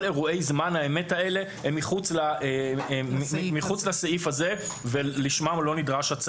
כל אירועי זמן האמת האלה הם מחוץ לסעיף הזה ולשמם הצו לא נדרש.